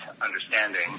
understanding